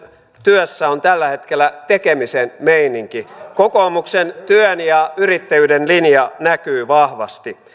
työssä on tällä hetkellä tekemisen meininki kokoomuksen työn ja yrittäjyyden linja näkyy vahvasti